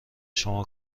شما